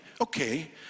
okay